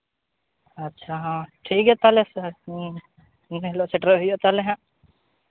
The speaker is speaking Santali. ᱟᱪᱪᱷᱟ ᱦᱮᱸ ᱴᱷᱤᱠ ᱜᱮᱭᱟ ᱛᱟᱦᱞᱮ ᱦᱮᱸ ᱮᱱ ᱦᱤᱞᱳᱜ ᱥᱮᱴᱮᱨ ᱦᱩᱭᱩᱜᱼᱟ ᱛᱟᱦᱚᱞᱮ ᱦᱟᱸᱜ